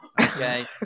okay